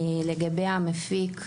לגבי המפיק,